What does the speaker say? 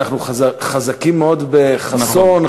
אנחנו חזקים מאוד בחסוֹן,